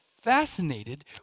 fascinated